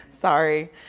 Sorry